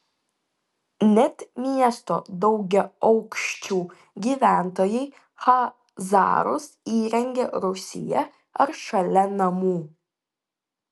net miesto daugiaaukščių gyventojai chazarus įrengia rūsyje ar šalia namų